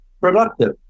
productive